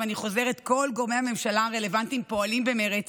ואני חוזרת: כל גורמי הממשלה הרלוונטיים פועלים במרץ